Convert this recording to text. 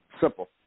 Simple